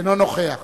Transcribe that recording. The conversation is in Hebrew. אינו נוכח